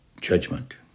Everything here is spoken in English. judgment